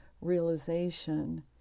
realization